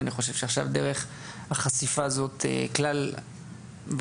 אבל עכשיו בעקבות החשיפה הזאת עם ישראל,